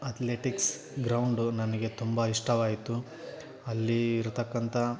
athletics ground ನನಗೆ ತುಂಬ ಇಷ್ಟವಾಯಿತು ಅಲ್ಲಿ ಇರತಕ್ಕಂಥ